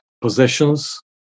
possessions